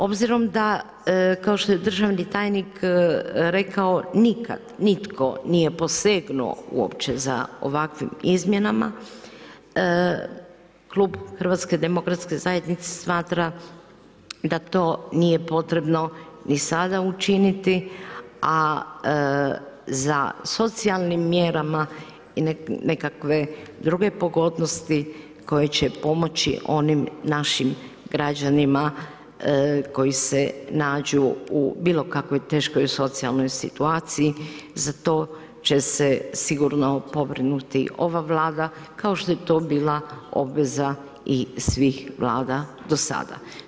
Obzirom da, kao što je državni tajnik rekao, nikad nitko nije posegnuo uopće za ovakvim izmjenama, Klub HDZ-a smatra da to nije potrebno ni sada učiniti, a za socijalnim mjerama i nekakve druge pogodnosti koji će pomoći onim našim građanima koji se nađu u bilo kakvoj teškoj socijalnoj situaciji, za to će se sigurno pobrinuti ova Vlada kao što je to bila obveza i svih Vlada do sada.